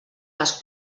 les